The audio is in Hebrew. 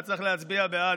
אתה צריך להצביע בעד,